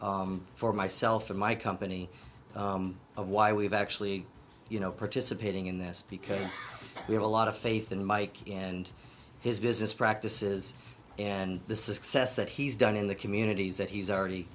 t for myself and my company of why we've actually you know participating in this because we have a lot of faith in mike and his business practices and the success that he's done in the communities that he's